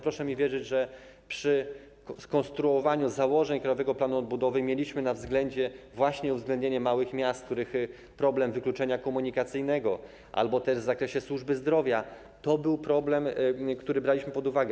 Proszę mi wierzyć, że przy konstruowaniu założeń Krajowego Planu Odbudowy mieliśmy na względzie właśnie uwzględnienie małych miast, których problemy wykluczenia komunikacyjnego, albo też w zakresie służby zdrowia, braliśmy pod uwagę.